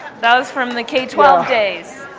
that was from the k twelve days.